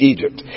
Egypt